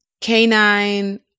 canine